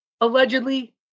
allegedly